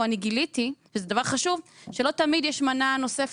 אני גיליתי שלא תמיד יש מנה נוספת.